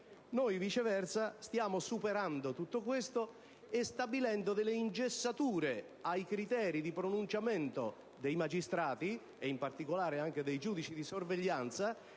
noi, viceversa, stiamo superando tutto questo, introducendo delle ingessature ai criteri di pronunciamento dei magistrati, in particolare dei giudici di sorveglianza,